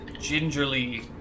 gingerly